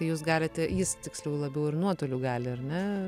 jūs galite jis tiksliau labiau ir nuotoliu gali ar ne